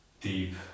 deep